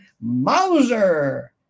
Mauser